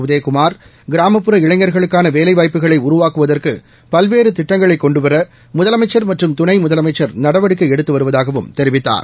உதயகுமார் கிராமப்புற இளைஞர்களுக்கான வேலைவாய்ப்புகளை உருவாக்குவதற்கு பல்வேறு திட்டங்களை கொண்டுவர முதலமைச்சர் மற்றும் துணை முதலமைச்சர் நடவடிக்கை எடுத்து வருவதாகவும் தெரிவித்தார்